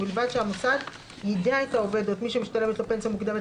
ובלבד שהמוסד יידע את העובד או את מי שמשתלמת לו פנסיה מוקדמת,